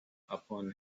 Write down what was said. upon